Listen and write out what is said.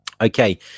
Okay